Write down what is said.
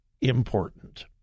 important